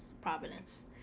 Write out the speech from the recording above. providence